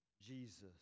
Jesus